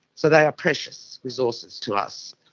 so they are precious resources to us.